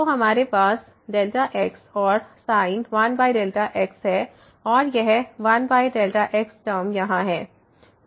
तो हमारे पास x और sin 1x है और यह 1x टर्म यहाँ है